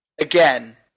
Again